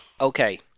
Okay